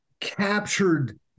captured